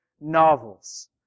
novels